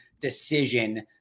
decision